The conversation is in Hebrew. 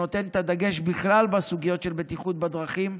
שנותן את הדגש בכלל בסוגיות של בטיחות בדרכים,